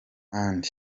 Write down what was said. and